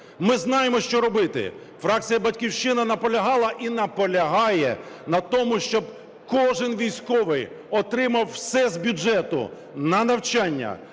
Ми знаємо, що робити. Фракція "Батьківщина" наполягала і наполягає на тому, щоб кожен військовий отримав все з бюджету на навчання,